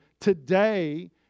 today